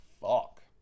fuck